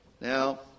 Now